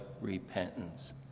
repentance